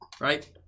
right